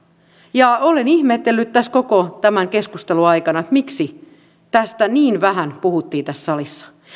ja olen ihmetellyt koko tämän keskustelun aikana miksi tästä niin vähän puhuttiin tässä salissa